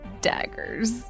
daggers